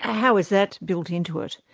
ah how is that built into it?